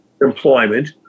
employment